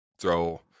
throw